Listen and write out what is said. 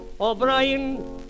O'Brien